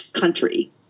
country